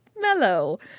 mellow